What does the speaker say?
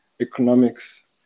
economics